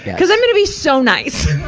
cuz i'm gonna be so nice.